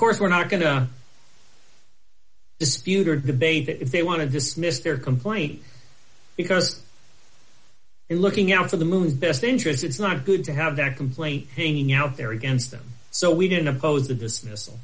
course we're not going to dispute or debate if they want to dismiss their complaint because in looking out of the moon's best interest it's not good to have that complaint hanging out there against them so we didn't oppose the dismiss